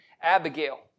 Abigail